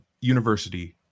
university